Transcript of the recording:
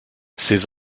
ces